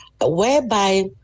whereby